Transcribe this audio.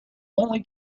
only